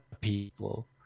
people